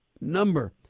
number